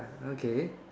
okay